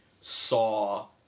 saw